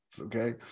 okay